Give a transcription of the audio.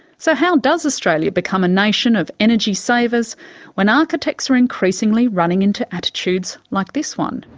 so how does australia become a nation of energy savers when architects are increasingly running into attitudes like this one,